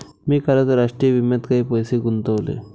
मी कालच राष्ट्रीय विम्यात काही पैसे गुंतवले